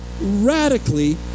radically